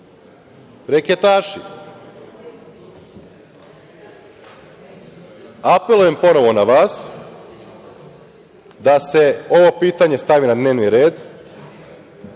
reketaši. Apelujem ponovo na vas da se ovo pitanje stavi na dnevni red,